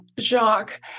Jacques